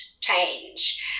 change